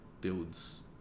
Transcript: builds